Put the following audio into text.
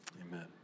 Amen